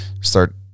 start